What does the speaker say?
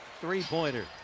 three-pointer